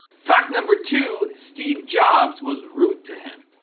fact number two, steve jobs was rude to him.